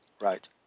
Right